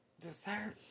dessert